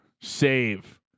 save